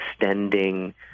extending